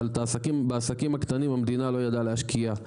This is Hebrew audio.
אבל בעסקים הקטנים המדינה לא ידעה להשקיע.